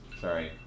Sorry